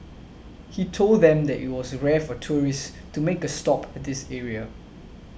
he told them that it was rare for tourists to make a stop at this area